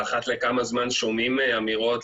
ואחת לכמה זמן שומעים אמירות.